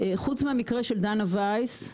חוץ מהמקרה של דנה וייס,